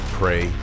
pray